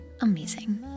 amazing